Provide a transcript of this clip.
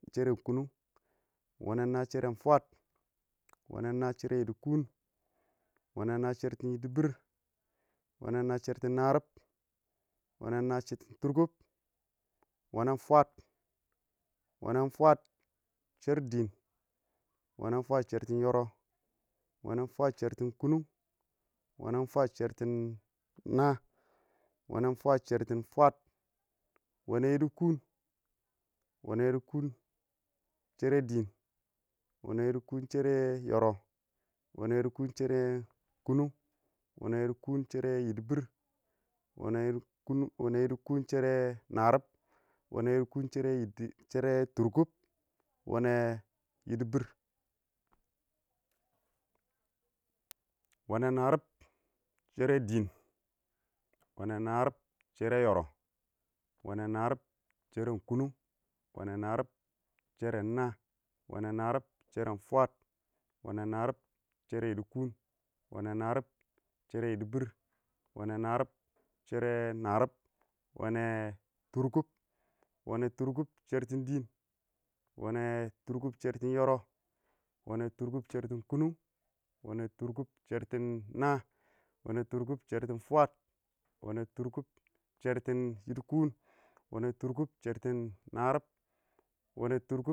shɛrɛ kʊnʊng wanɛ shɛrɛn naah wɔnɛng naa shɛrɛng fwaad mɔnɛng naa shɛrɛ yɪdɪkuʊn mɔnɛng naa shɛrɛng yɪdɪbɪr wanɛn naa shɛrɛ narɪb, wanɛng naa shɛrɛ turkʊb wanmɛn fwaad, wɛnɛn fwaad shɛr dɪn wɔnɛn fwaad shɛrrtin yɔrʊn, wɔnɛn fwaad shertɪ kunung, wenen fwaad shertɪn naa, wenen fwaad shertin fwaad, wenenfwaad shertin yidi kuun, wenen fwaad shertin yidi biir, wenenfwaad shertin narib, wenenfwaad shertin turkub, wanɛ yidikʊm wɔnɛ yɪdɪkʊn shɛrtɪn dɪɪn, wɔnɛ yidikuun shɛrtɪn yɔrʊb wɔnɛ yɪdɪkuʊn shɛrtɪn kunung, wɔnɛ yidikuun shɛrtɪn naa, wɔnɛn yidikuun shɛrtɪn fwaad, wanɛn yidikuunn shiti yidi kuun, wɔnɛ yiɪdɪkʊn shɛti yidi biir, wene yidi kuun shiti narib, wene yidi kuun shiti turkub, wene yɪdɪbɪr shere dɪɪ, wene yidibiir shere yorob, wene yidibiir sheren kunung, wene yidibiir shere naa, wene yidibiir sheren fwaad, wene yidibiir shere yidikuun, wene yidibiir shere narib, weneyidibiir shere turkub, wanɛ naram shɛra dɪɪn wanɛ narɪb shɛrɛ yɔrʊb wanɛ narɪb shɛran kunung, wanɛ narɪb shɛrɛ naah wanɛ narɪb shere fwaadi wene narib shɛrɛ yidi kʊm wenɛn narɪb shɛrɛ yɪdɪbɪr wenɛ narɪb shɛrɛ narɪb wenɛ narib shere turkub, wɔnɛ turkʊb, wene turkʊb shɛrɛ dɪɪn wenɛn turkʊb shɛrtin yɔrʊb wenɛ tʊrkʊb shɛrtɪnkunung, wenɛ turkʊb shertin naa, wenɛn turkʊb shɛrtɪnfwaad, wenɛ tʊrkʊb shɛrtɪn yidi kuun, wene turkub shertin yidibir, wene turkub shertin narib